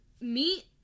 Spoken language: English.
meat